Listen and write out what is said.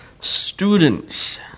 Students